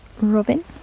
robin